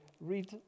read